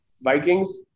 Vikings